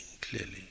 clearly